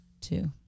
Two